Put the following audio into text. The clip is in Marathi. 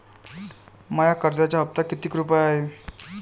माया कर्जाचा हप्ता कितीक रुपये हाय?